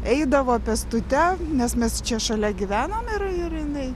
eidavo pėstute nes mes čia šalia gyvenom ir ir jinai